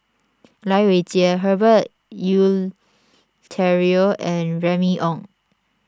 Lai Weijie Herbert Eleuterio and Remy Ong